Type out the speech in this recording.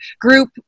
group